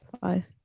Five